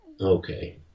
Okay